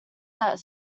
that